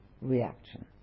reaction